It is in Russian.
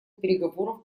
переговоров